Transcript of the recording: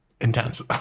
intense